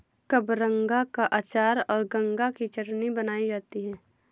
कबरंगा का अचार और गंगा की चटनी बनाई जाती है